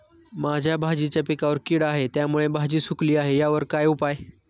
माझ्या भाजीच्या पिकावर कीड आहे त्यामुळे भाजी सुकली आहे यावर काय उपाय?